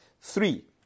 Three